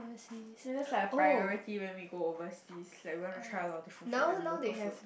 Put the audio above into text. and that's like a priority when we go overseas like we want to try a lot of different food and local food